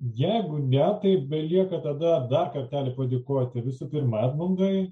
jeigu ne tai belieka tada dar kartelį padėkoti visų pirma edmundui